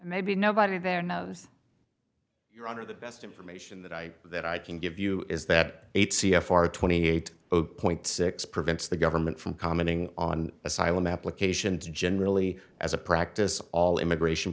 maybe nobody there knows your honor the best information that i that i can give you is that eight c f r twenty eight zero point six prevents the government from commenting on asylum applications generally as a practice all immigration